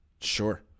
Sure